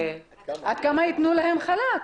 עד כמה יתנו להן חל"ת?